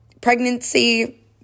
pregnancy